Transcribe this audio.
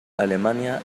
alemania